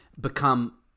become